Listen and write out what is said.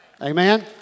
Amen